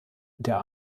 der